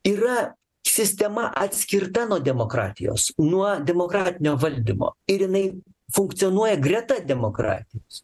yra sistema atskirta nuo demokratijos nuo demokratinio valdymo ir jinai funkcionuoja greta demokratijos